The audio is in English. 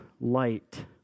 light